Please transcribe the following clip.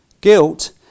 Guilt